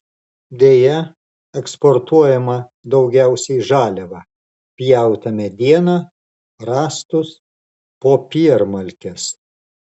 deja eksportuojame daugiausiai žaliavą pjautą medieną rąstus popiermalkes